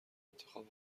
انتخاب